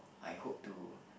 I hope to